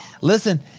listen